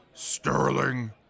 Sterling